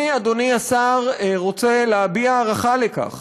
אני, אדוני השר, רוצה להביע הערכה על כך